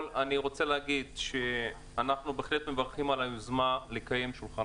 אנחנו בהחלט מברכים על היוזמה לקיים שולחן